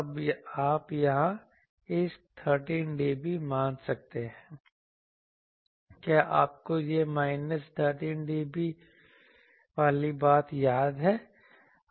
अब आप यहाँ इस 13dB मान सकते हैं क्या आपको यह माइनस 13dB वाली बात याद है